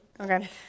Okay